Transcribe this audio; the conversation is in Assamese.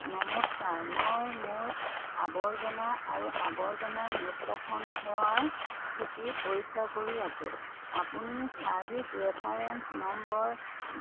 নমস্কাৰ মই মোৰ আৱৰ্জনা আৰু আৱৰ্জনা নিষ্কাশন সেৱাৰ স্থিতি পৰীক্ষা কৰি আছো আপুনি ছাৰ্ভিচ ৰেফাৰেন্স নম্বৰ